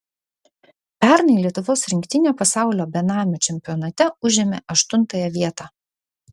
pernai lietuvos rinktinė pasaulio benamių čempionate užėmė aštuntąją vietą